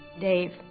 dave